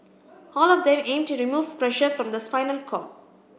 all of them aim to remove pressure from the spinal cord